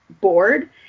board